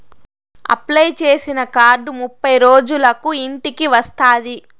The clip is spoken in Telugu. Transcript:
అప్లై చేసిన కార్డు ముప్పై రోజులకు ఇంటికి వస్తాది